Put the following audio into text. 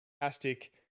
fantastic